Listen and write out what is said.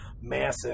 massive